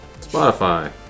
Spotify